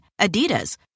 Adidas